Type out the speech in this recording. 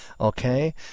okay